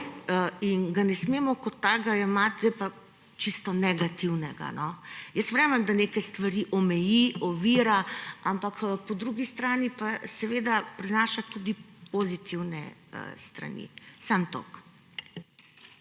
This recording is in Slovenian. in ga ne smemo kot takega jemati zdaj pa čisto negativnega, no. Verjamem, da neke stvari omeji, ovira, ampak, po drugi strani pa, seveda, prinaša tudi pozitivne strani. Samo